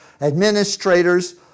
administrators